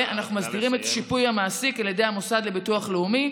ואנחנו מסדירים את שיפוי המעסיק על ידי המוסד לביטוח לאומי,